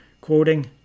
Quoting